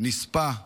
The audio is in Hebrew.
נספה בנובה,